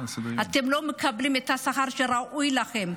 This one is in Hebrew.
אתם לא מקבלים את השכר שראוי לכם,